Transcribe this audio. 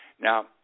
Now